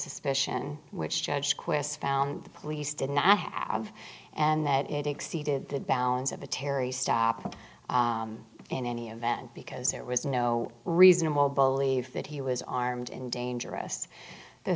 suspicion which judge quests found the police did not have and that it exceeded the bounds of a terry stop and in any event because there was no reasonable belief that he was armed and dangerous